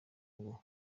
ngo